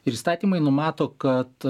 ir įstatymai numato kad